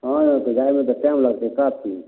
हँ तऽ जाइमे तऽ टाइम लगतै काफी